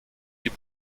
die